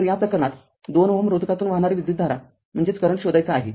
तर या प्रकरणात २ Ω रोधकातून वाहणारी विद्युतधारा शोधायची आहे